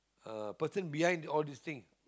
uh person behind all these thing